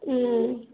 ம்